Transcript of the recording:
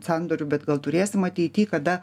sandorių bet gal turėsim ateity kada